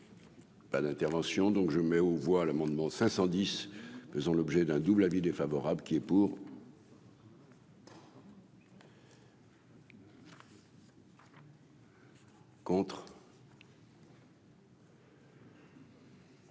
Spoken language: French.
Pas d'intervention, donc je mets aux voix l'amendement 510 faisant l'objet d'un double avis défavorable qui est pour. Et